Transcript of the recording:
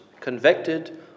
convicted